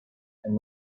and